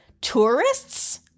tourists